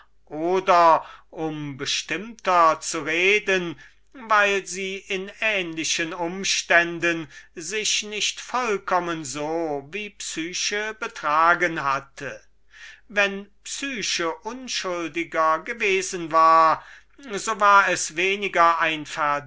oder um bestimmter zu reden weil sie in ähnlichen umständen sich nicht vollkommen so wie psyche betragen hatte wenn psyche unschuldiger gewesen war so war es weniger